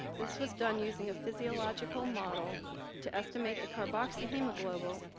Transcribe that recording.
this was done using a physiological model to estimate the carboxyhemoglobal